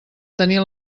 tenir